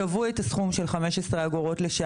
קבעו את הסכום של 15 אגורות לשעה,